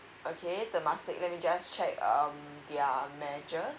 okay temasik let me just check um their measures